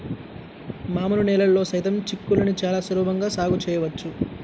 మామూలు నేలల్లో సైతం చిక్కుళ్ళని చాలా సులభంగా సాగు చేయవచ్చు